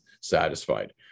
satisfied